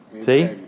See